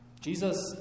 Jesus